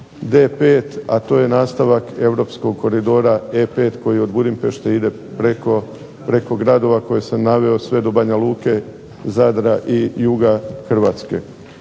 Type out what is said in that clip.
D5, a to je nastavak europskog koridora E5 koji od Budimpešte ide preko gradova koje sam naveo, sve do Banja Luke, Zadra i juga Hrvatske.